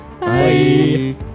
Bye